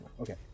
Okay